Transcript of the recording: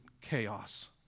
chaos